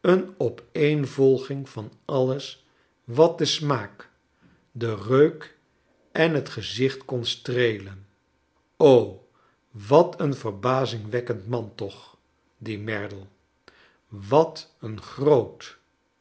een opeeinvolging van alles wat den smaak den reuk en het gezicht kon streelen o wat een verbazingwekkend man took die merdle wat een groot